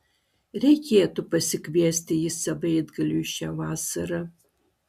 reikėtų pasikviesti jį savaitgaliui šią vasarą